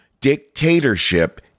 Dictatorship